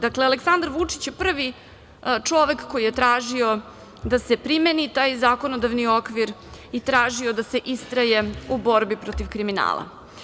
Dakle, Aleksandar Vučić je prvi čovek koji je tražio da se primeni zakonodavni okvir i tražio da se istraje u borbi protiv kriminala.